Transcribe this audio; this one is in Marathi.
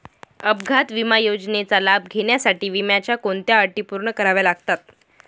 अपघात विमा योजनेचा लाभ घेण्यासाठी विम्याच्या कोणत्या अटी पूर्ण कराव्या लागतात?